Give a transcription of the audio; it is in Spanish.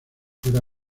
fuera